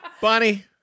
Bonnie